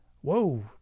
whoa